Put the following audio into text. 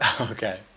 Okay